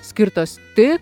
skirtos tik